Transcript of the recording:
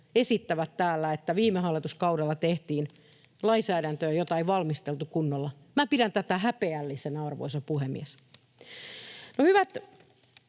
esittävät täällä, että viime hallituskaudella tehtiin lainsäädäntöä, jota ei valmisteltu kunnolla. Minä pidän tätä häpeällisenä, arvoisa puhemies. No, hyvät